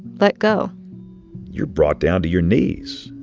let go you're brought down to your knees.